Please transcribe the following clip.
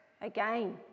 again